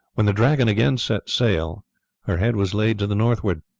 when the dragon again set sail her head was laid to the northward,